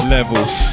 Levels